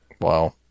Wow